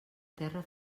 terra